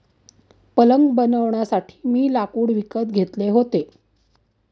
पलंग बनवण्यासाठी मी लाकूड विकत घेतले होते